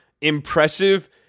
impressive